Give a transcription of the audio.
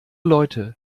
leute